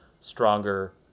stronger